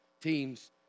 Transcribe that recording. teams